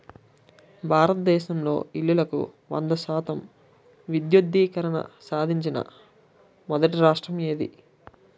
భారతదేశంలో ఇల్లులకు వంద శాతం విద్యుద్దీకరణ సాధించిన మొదటి రాష్ట్రం ఏది?